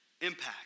impact